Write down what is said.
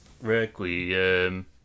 requiem